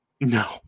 No